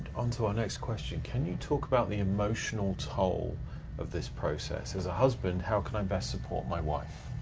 on to our next question. can you talk about the emotional toll of this process? as a husband, how can i best support my wife.